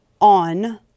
on